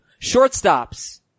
Shortstops